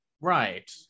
right